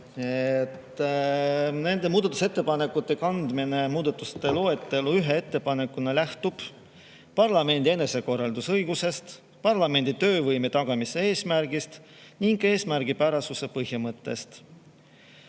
Nende muudatusettepanekute kandmine muudatusettepanekute loetellu ühe ettepanekuna lähtub parlamendi enesekorraldusõigusest, parlamendi töövõime tagamise eesmärgist ning eesmärgipärasuse põhimõttest.